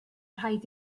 rhaid